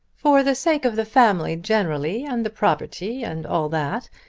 for the sake of the family generally, and the property, and all that,